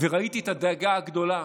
וראיתי את הדאגה הגדולה